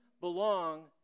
belong